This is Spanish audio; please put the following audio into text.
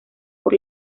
por